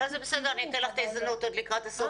לקראת הסוף